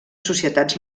societats